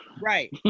Right